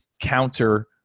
counter